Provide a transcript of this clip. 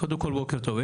קודם כל בוקר טוב,